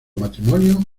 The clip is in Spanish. matrimonios